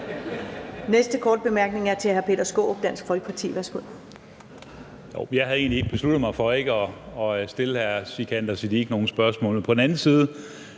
Næste korte bemærkning er til hr. Peter Skaarup, Dansk Folkeparti.